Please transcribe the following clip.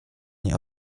nie